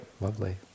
lovely